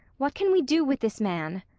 what can we do with this man?